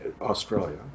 australia